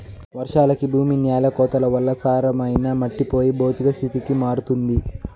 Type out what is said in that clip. వర్షాలకి భూమి న్యాల కోతల వల్ల సారమైన మట్టి పోయి భౌతిక స్థితికి మారుతుంది